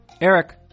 Eric